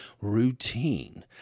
routine